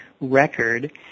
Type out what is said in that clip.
record